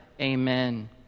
Amen